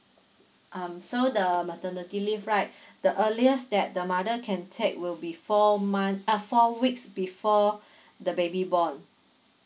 um so the maternity leave right the earliest that the mother can take will be four months ah four weeks before the baby born